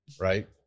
right